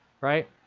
Right